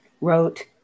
wrote